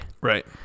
Right